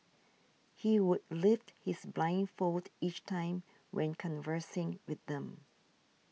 he would lift his blindfold each time when conversing with them